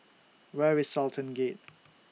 Where IS Sultan Gate